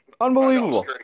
Unbelievable